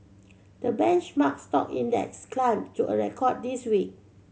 the benchmark stock index climbed to a record this week